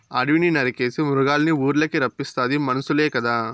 అడివిని నరికేసి మృగాల్నిఊర్లకి రప్పిస్తాది మనుసులే కదా